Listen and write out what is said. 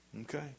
Okay